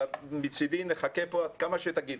מצדי, נחכה כאן כמה שתגידו.